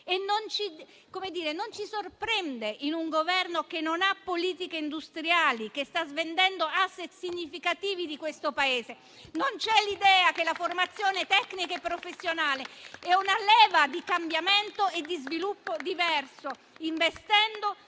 non ci sorprende in un Governo che non ha politiche industriali, che sta svendendo *asset* significativi di questo Paese. Non c'è l'idea che la formazione tecnica e professionale sia una leva di cambiamento e di sviluppo diverso, investendo